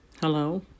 Hello